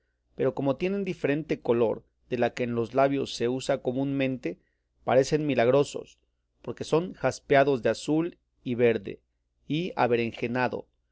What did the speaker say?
pero como tienen diferente color de la que en los labios se usa comúnmente parecen milagrosos porque son jaspeados de azul y verde y aberenjenado y